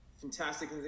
fantastic